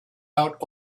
out